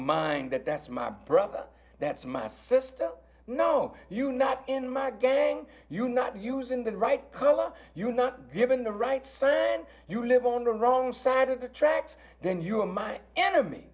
mind that that's my brother that's my sister no you not in my gang you not using the right color you're not given the right fan you live on the wrong side of the tracks then you are my enemy